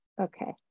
okay